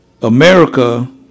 America